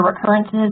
recurrences